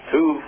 Two